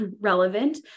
relevant